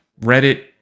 Reddit